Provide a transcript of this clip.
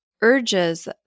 urges